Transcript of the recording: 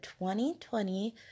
2020